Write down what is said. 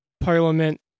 parliament